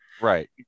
Right